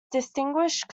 distinguished